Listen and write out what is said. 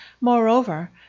Moreover